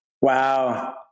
Wow